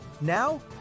Now